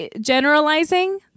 generalizing